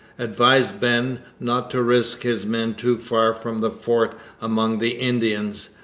advised ben not to risk his men too far from the fort among the indians,